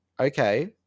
Okay